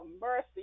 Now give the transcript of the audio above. mercy